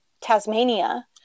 Tasmania